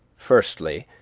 firstly,